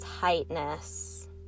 tightness